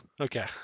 Okay